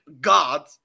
God